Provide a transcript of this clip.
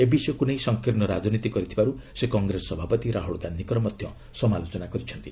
ଏ ବିଷୟକୁ ନେଇ ସଂକୀର୍ଷ୍ଣ ରାଜନୀତି କରିଥିବାରୁ ସେ କଂଗ୍ରେସ ସଭାପତି ରାହୁଲ୍ ଗାନ୍ଧିଙ୍କର ସମାଲୋଚନା କରିଛନ୍ତି